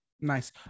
Nice